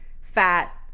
fat